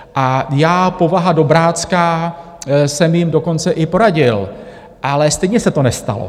A já, povaha dobrácká, jsem jim dokonce i poradil, ale stejně se to nestalo.